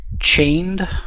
chained